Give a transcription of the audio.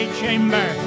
chamber